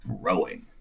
throwing